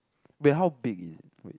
wait how big is it wait